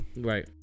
Right